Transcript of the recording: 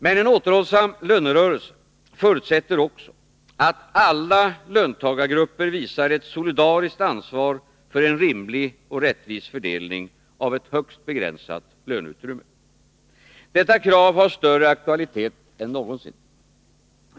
Men en återhållsam lönerörelse förutsätter också att alla löntagargrupper visar ett solidariskt ansvar för en rimlig och rättvis fördelning av ett högst begränsat löneutrymme. Detta krav har större aktualitet än någonsin.